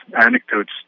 anecdotes